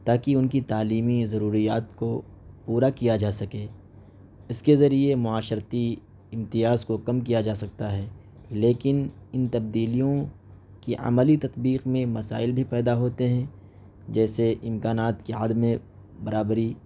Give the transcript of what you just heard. تا کہ ان کی تعلیمی ضروریات کو پورا کیا جا سکے اس کے ذریعے معاشرتی امتیاز کو کم کیا جا سکتا ہے لیکن ان تبدیلیوں کی عملی تطبیق میں مسائل بھی پیدا ہوتے ہیں جیسے امکانات کے عدمِ برابری